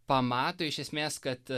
pamato iš esmės kad